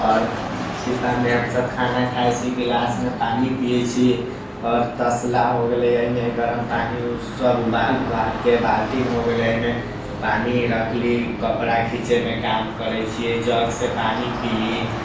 आओर छिपामे हमसब खाना खाइ छी गिलासमे पानि पियै छी आओर तसला हो गेलै एहिमे गरम पानि उ सब उबाल उबालके बाल्टिन हो गेलै ओहिमे पानि रखली कपड़ा खिचैमे काम करै छियै जगसँ पानि पीली